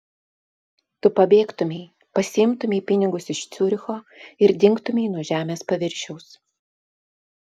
tu pabėgtumei pasiimtumei pinigus iš ciuricho ir dingtumei nuo žemės paviršiaus